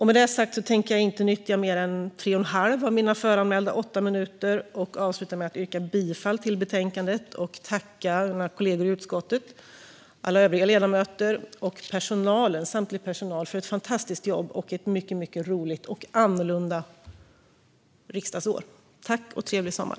Med det sagt tänker jag inte nyttja mer än tre och en halv minut av mina föranmälda åtta minuters talartid. Jag avslutar med att yrka bifall till utskottets förslag i betänkandet. Jag tackar mina kollegor i utskottet, alla övriga ledamöter och samtlig personal för ett fantastiskt jobb. Det har varit ett mycket roligt och annorlunda riksdagsår. Tack, och trevlig sommar!